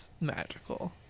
magical